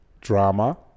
drama